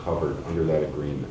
covered under that agree